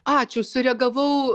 ačiū sureagavau